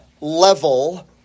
level